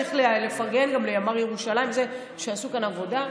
צריך לפרגן גם לימ"ר ירושלים שעשו כאן עבודה.